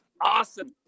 awesome